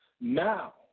Now